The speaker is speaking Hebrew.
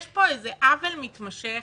יש פה עוול מתמשך,